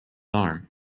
arm